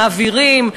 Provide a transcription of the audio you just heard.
מעבירים,